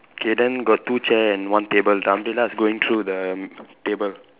K then got two chair and one table the umbrella is going through the table